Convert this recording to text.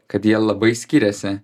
kad jie labai skiriasi